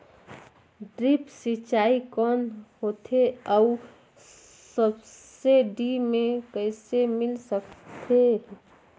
Drip सिंचाई कौन होथे अउ सब्सिडी मे कइसे मिल सकत हे?